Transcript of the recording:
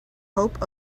hope